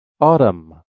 Autumn